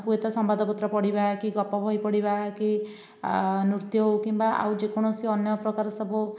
ହୁଏତ ସମ୍ବାଦପତ୍ର ପଢ଼ିବା କି ଗପବହି ପଢ଼ିବା କି ନୃତ୍ୟ ହେଉ କିମ୍ବା ଆଉ ଯେକୌଣସି ଅନ୍ୟ ପ୍ରକାର ସବୁ